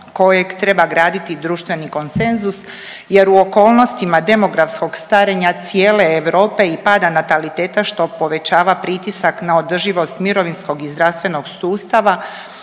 kojeg treba graditi društveni konsenzus jer u okolnostima demografskog starenja cijele Europe i pada nataliteta što povećava pritisak na održivost mirovinskog i zdravstvenog sustava